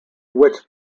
which